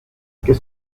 qu’est